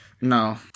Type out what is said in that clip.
No